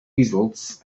easels